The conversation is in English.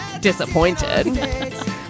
disappointed